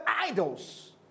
idols